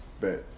Bet